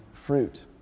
fruit